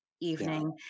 evening